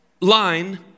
line